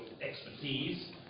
expertise